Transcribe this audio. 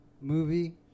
movie